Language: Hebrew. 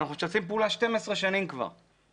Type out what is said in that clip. ואנחנו משתפים פעולה כבר 12 שנים בחינוך,